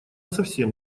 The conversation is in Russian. совсем